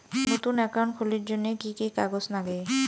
নতুন একাউন্ট খুলির জন্যে কি কি কাগজ নাগে?